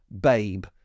Babe